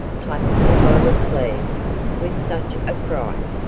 plucked him by the sleeve with such affright,